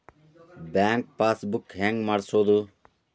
Bank passbook ಹೆಂಗ್ ಮಾಡ್ಸೋದು?